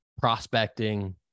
prospecting